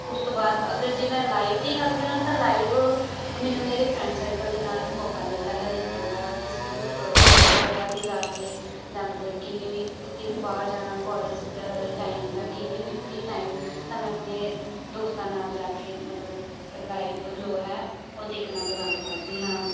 ਉਸ ਤੋਂ ਬਾਅਦ ਮੈਂ ਅਗਰ ਜੇ ਮੈਂ ਲਾਈਵ ਦੀ ਗੱਲ ਕਰਾਂ ਤਾਂ ਲਾਈਵ ਮੈਨੂੰ ਮੇਰੇ ਫਰੈਂਡ ਸਰਕਲ ਦੇ ਨਾਲ ਹੀ ਮੌਕਾ ਮਿਲਦਾ ਹੈ ਦੇਖਣ ਦਾ ਕਿਸੇ ਵੀ ਜਗ੍ਹਾ 'ਤੇ ਜਾ ਕੇ ਜਾਂ ਮਤਲਬ ਕਿਵੇਂ ਵੀ ਕਿਤੇ ਵੀ ਬਾਹਰ ਜਾਣਾ ਕੋਲਜ ਟਾਈਮ ਜਾਂ ਕਿਵੇਂ ਵੀ ਫਰੀ ਟਾਈਮ ਤਾਂ ਮੈਂ ਆਪਣੇ ਦੋਸਤਾਂ ਨਾਲ ਜਾ ਕੇ ਮਤਲਬ ਲਾਈਵ ਜੋ ਹੈ ਉਹ ਦੇਖਣਾ ਪਸੰਦ ਕਰਦੀ ਹਾਂ